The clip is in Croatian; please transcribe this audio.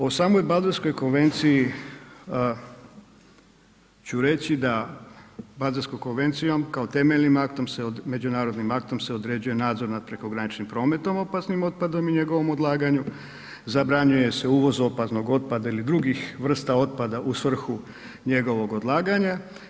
O samoj Baselskoj konvenciji ću reći da Baselsku konvenciju, jedan kao temeljnim aktom se od, međunarodnim aktom se određuje nadzor nad prekograničnim prometom opasnim otpadom i njegovom odlaganju zabranjuje se uvoz opasnog otpada ili drugih vrsta otpada u svrhu njegovog odlaganja.